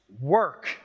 work